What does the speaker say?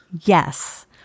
Yes